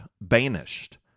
banished